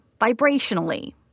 vibrationally